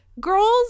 Girls